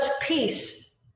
peace